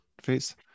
face